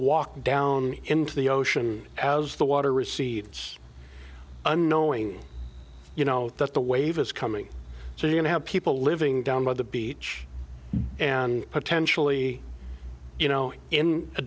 walk down into the ocean as the water recedes unknowing you know that the wave is coming so you don't have people living down by the beach and potentially you know in a